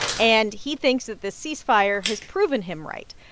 and he thinks that this ceasefire has proven him right.